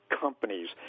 companies